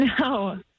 No